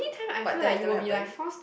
but that has never happen